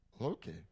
Okay